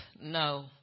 no